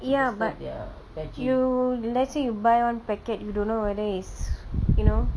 ya but you let's say you buy one packet you don't know whether it's you know